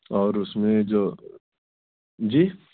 اور اس میں جو جی